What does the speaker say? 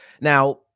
Now